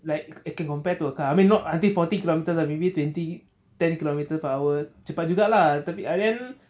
like I can compared to a car I mean not until forty kilometre lah maybe twenty ten kilometer per hour to cepat juga lah ta~ but then